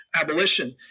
abolition